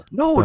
no